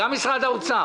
גם משרד האוצר.